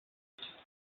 ces